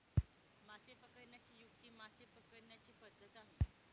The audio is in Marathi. मासे पकडण्याची युक्ती मासे पकडण्याची पद्धत आहे